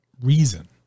reason